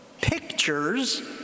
pictures